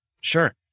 Sure